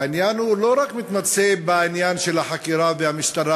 העניין לא מתמצה רק בעניין של החקירה והמשטרה.